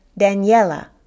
Daniela